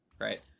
right